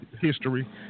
history